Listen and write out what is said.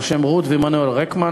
על-שם רות ועמנואל רקמן,